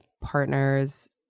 partner's